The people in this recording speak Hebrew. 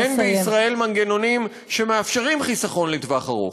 אין בישראל מנגנונים שמאפשרים חיסכון לטווח ארוך.